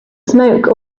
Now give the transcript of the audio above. smoke